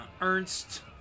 Ernst